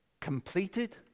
Completed